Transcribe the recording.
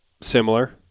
similar